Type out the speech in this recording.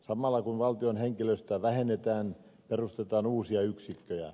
samalla kun valtion henkilöstöä vähennetään perustetaan uusia yksikköjä